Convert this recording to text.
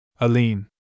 Aline